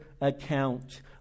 account